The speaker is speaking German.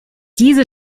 diese